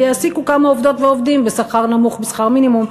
ויעסיקו כמה עובדות ועובדים בשכר נמוך משכר מינימום,